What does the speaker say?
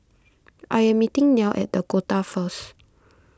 I am meeting Nelle at the Dakota first